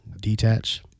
Detach